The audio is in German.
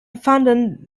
fanden